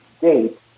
date